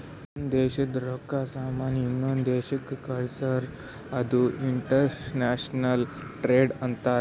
ಒಂದ್ ದೇಶದಿಂದ್ ರೊಕ್ಕಾ, ಸಾಮಾನ್ ಇನ್ನೊಂದು ದೇಶಕ್ ಕಳ್ಸುರ್ ಅದು ಇಂಟರ್ನ್ಯಾಷನಲ್ ಟ್ರೇಡ್ ಅಂತಾರ್